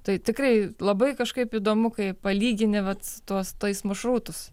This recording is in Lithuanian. tai tikrai labai kažkaip įdomu kai palygini vat tuos tais maršrutus